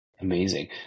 Amazing